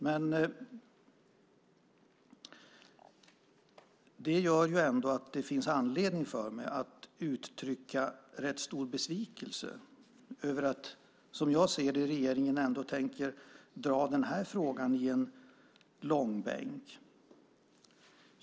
Detta gör ändå att det finns anledning för mig att uttrycka rätt stor besvikelse över att regeringen, som jag ser det, ändå tänker dra denna fråga i långbänk.